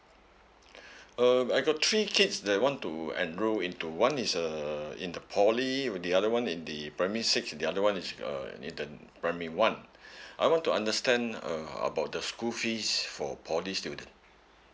um I got three kids that want to enroll into one is uh in the poly when the other one in the primary six the other one is uh in the primary one I want to understand uh about the school fees for poly student